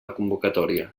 convocatòria